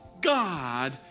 God